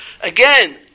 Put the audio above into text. Again